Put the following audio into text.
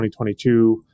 2022